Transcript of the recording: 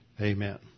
Amen